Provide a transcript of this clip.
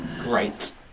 Great